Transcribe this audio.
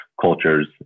cultures